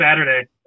Saturday